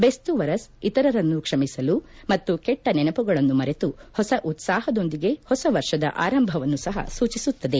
ಬೆಸ್ತು ವರಸ್ ಇತರರನ್ನು ಕ್ಷಮಿಸಲು ಮತ್ತು ಕೆಟ್ಟ ನೆನಪುಗಳನ್ನು ಮರೆತು ಹೊಸ ಉತ್ಸಾಹದೊಂದಿಗೆ ಹೊಸ ವರ್ಷದ ಆರಂಭವನ್ನು ಸಹ ಸೂಚಿಸುತ್ತದೆ